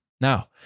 Now